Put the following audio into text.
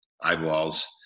eyeballs